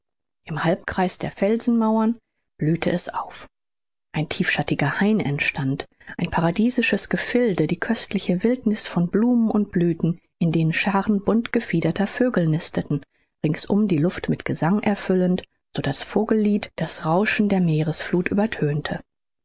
im halbkreis der felsenmauern blühte es auf ein tiefschattiger hain entstand ein paradiesisches gefilde die köstlichste wildniß von blumen und blüthen in denen scharen buntgefiederter vögel nisteten ringsum die luft mit gesang erfüllend so daß vogellied das rauschen der meeresfluth übertönte